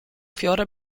fiore